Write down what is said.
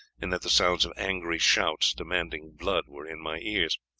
and that the sounds of angry shouts demanding blood were in my ears.